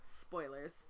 spoilers